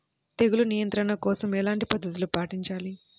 తెగులు నియంత్రణ కోసం ఎలాంటి పద్ధతులు పాటించాలి?